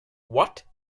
what